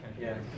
Yes